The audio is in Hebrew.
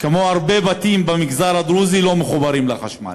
כמו הרבה בתים במגזר הדרוזי, לא מחוברת לחשמל,